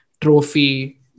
trophy